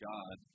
God